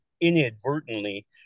inadvertently